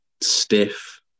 stiff